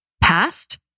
past